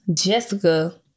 Jessica